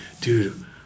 dude